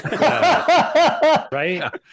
right